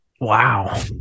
Wow